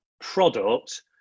product